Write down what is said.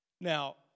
Now